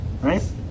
right